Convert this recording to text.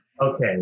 Okay